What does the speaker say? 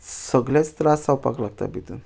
सगलेच त्रास जावपाक लागता भितून